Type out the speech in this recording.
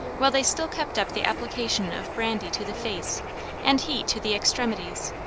while they still kept up the application of brandy to the face and heat to the extremities,